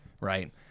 right